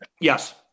yes